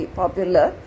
popular